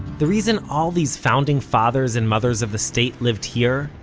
the reason all these founding fathers and mothers of the state lived here,